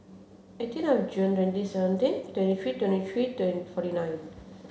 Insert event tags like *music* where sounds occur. eighteen of June twenty seventeen twenty three twenty three *unintelligible* forty nine